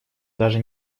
даже